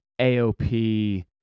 AOP